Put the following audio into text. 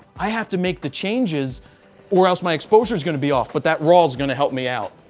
i have to make the changes or else my exposure is going to be off, but that raw is going to help me out.